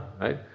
Right